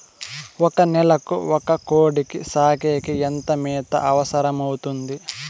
ఒక నెలకు ఒక కోడిని సాకేకి ఎంత మేత అవసరమవుతుంది?